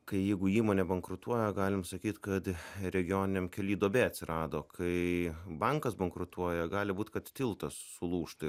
kai jeigu įmonė bankrutuoja galim sakyt kad regioniniam kelyje duobė atsirado kai bankas bankrutuoja gali būt kad tiltas sulūžta